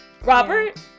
Robert